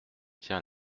tient